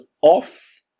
off